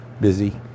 busy